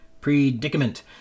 predicament